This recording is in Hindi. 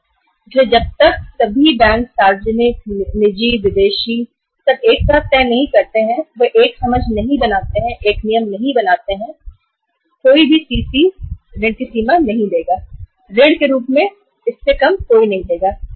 इसलिए जब तक दोनों सार्वजनिक और निजी और विदेशी बैंक एक साथ तय नहीं करते और एक जैसे नियम नहीं बनाते कि कोई भी इस सीसी सीमा के बाहर जाकर ऋण नहीं दे सकता